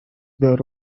there